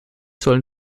sollen